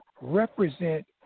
represent